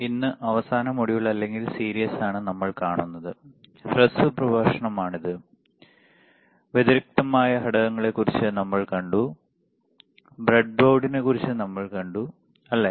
ഇന്ന് അവസാന മൊഡ്യൂൾ അല്ലെങ്കിൽ സീരീസ് ആണ് നമ്മൾ കാണുന്നത് ഹ്രസ്വ പ്രഭാഷണം ആണ് ഇത് വ്യതിരിക്തമായ ഘടകങ്ങളെക്കുറിച്ച് നമ്മൾ കണ്ടു ബ്രെഡ്ബോർഡിനെക്കുറിച്ച് നമ്മൾ കണ്ടു അല്ലേ